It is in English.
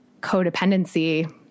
codependency